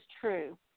true